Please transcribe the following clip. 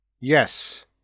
Yes